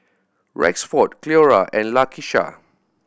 Rexford Cleora and Lakisha